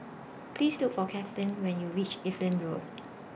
Please Look For Katlin when YOU REACH Evelyn Road